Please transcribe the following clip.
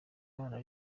imana